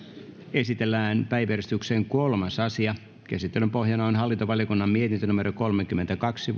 esitellään päiväjärjestyksen kolmas asia käsittelyn pohjana on hallintovaliokunnan mietintö kolmekymmentäkaksi